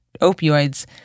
opioids